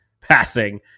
passing